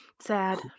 Sad